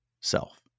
self